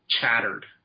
chattered